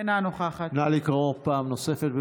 אינה נוכחת נא לקרוא פעם נוספת.